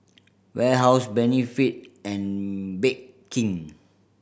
Warehouse Benefit and Bake King